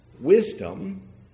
Wisdom